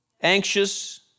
Anxious